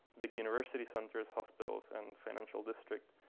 big university centers, hospitals, and financial district.